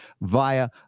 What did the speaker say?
via